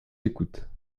écoute